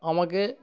আমাকে